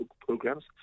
programs